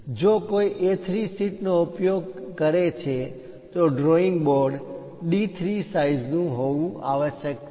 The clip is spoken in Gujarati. જો કોઈ A3 શીટ નો ઉપયોગ કરે છે તો ડ્રોઇંગ બોર્ડ D3 સાઇઝનું હોવું આવશ્યક છે